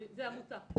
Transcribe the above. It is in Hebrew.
זו עמותה.